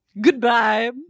Goodbye